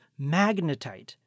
magnetite